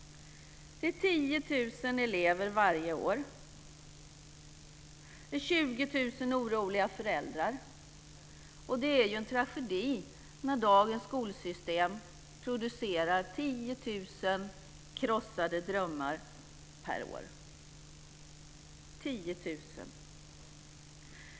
Det är 10 000 elever varje år. Det är 20 000 oroliga föräldrar. Det är ju en tragedi när dagens skolsystem producerar 10 000 krossade drömmar per år - 10 000.